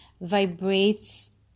vibrates